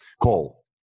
call